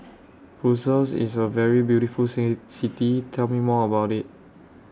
Brussels IS A very beautiful See City Please Tell Me More about IT